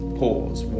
pause